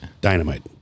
Dynamite